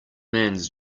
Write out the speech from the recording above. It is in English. mans